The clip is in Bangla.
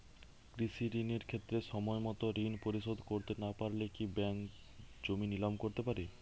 কৃষিঋণের ক্ষেত্রে সময়মত ঋণ পরিশোধ করতে না পারলে কি ব্যাঙ্ক জমি নিলাম করতে পারে?